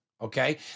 okay